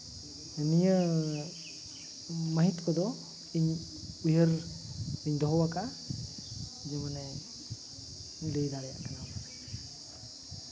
ᱱᱤᱭᱟᱹ ᱢᱟᱹᱦᱤᱛ ᱠᱚᱫᱚ ᱤᱧ ᱩᱭᱦᱟᱹᱨ ᱨᱮᱧ ᱫᱚᱦᱚ ᱟᱠᱟᱜᱼᱟ ᱡᱮ ᱢᱟ ᱞᱟᱹᱭ ᱫᱟᱲᱮᱭᱟᱜ ᱠᱟᱱᱟ